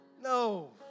No